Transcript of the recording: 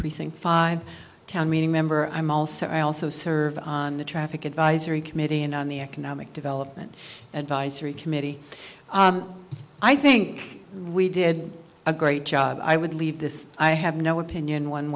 precinct five town meeting member i'm also i also serve on the traffic advisory committee and on the economic development advisory committee i think we did a great job i would leave this i have no opinion one